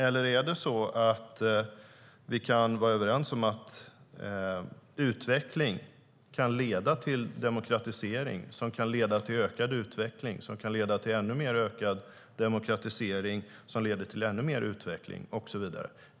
Eller kan vi vara överens om att utveckling kan leda till demokratisering som kan leda till ökad utveckling som kan leda till ännu mer ökad demokratisering som leder till ännu mer utveckling och så vidare?